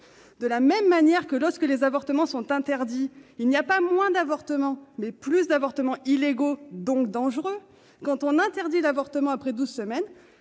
De la même manière que, lorsque les avortements sont interdits, il y a non pas moins d'avortements, mais plus d'avortements illégaux, donc dangereux ; quand on interdit l'avortement après douze semaines,